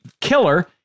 killer